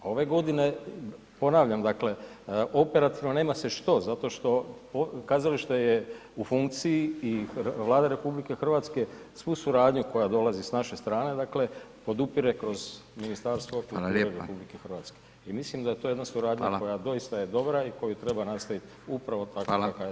Ove godine, ponavljam dakle operativno nema se što, zato što kazalište je u funkciji i Vlada RH svu suradnju koja dolazi snaše strane dakle podupire kroz Ministarstvo kulture RH [[Upadica: Hvala lijepa.]] i mislim da je to jedan suradnja koja doista je dobra i koju treba nastaviti [[Upadica: Hvala.]] upravo takvu kakva je danas.